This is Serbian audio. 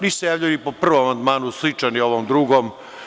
Nisam se javljao ni po prvom amandmanu, sličan je ovom drugom.